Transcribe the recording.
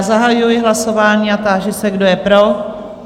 Zahajuji hlasování a táži se, kdo je pro?